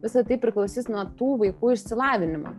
visa tai priklausys nuo tų vaikų išsilavinimo